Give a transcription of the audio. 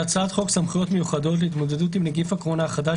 "הצעת חוק סמכויות מיוחדות להתמודדות עם נגיף הקורונה החדש